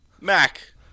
Mac